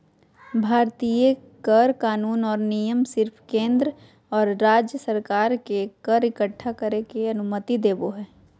भारतीय कर कानून और नियम सिर्फ केंद्र और राज्य सरकार के कर इक्कठा करे के अनुमति देवो हय